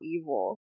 evil